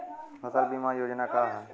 फसल बीमा योजना का ह?